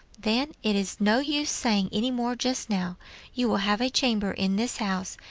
then, it is no use saying any more just now you will have a chamber in this house,